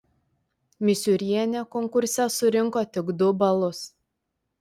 misiūrienė konkurse surinko tik du balus